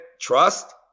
trust